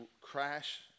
crash